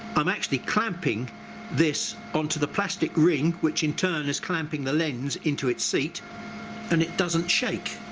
i'm actually clamping this onto the plastic ring which in turn is clamping the lens into its seat and it doesn't shake.